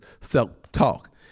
self-talk